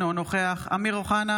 אינו נוכח אמיר אוחנה,